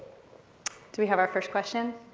do we have our first question?